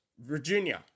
Virginia